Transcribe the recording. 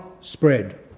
spread